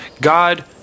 God